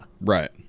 Right